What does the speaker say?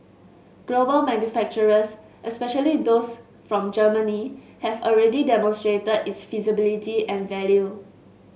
global manufacturers especially those from Germany have already demonstrated its feasibility and value